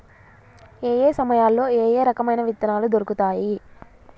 ఏయే సమయాల్లో ఏయే రకమైన విత్తనాలు దొరుకుతాయి?